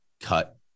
cut